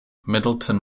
middleton